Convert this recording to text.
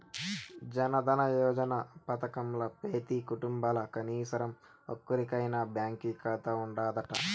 జనదన యోజన పదకంల పెతీ కుటుంబంల కనీసరం ఒక్కోరికైనా బాంకీ కాతా ఉండాదట